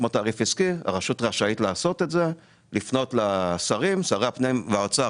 כמו תעריף עסקי הרשות רשאית לפנות לשרי הפנים והאוצר,